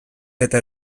eta